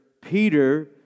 Peter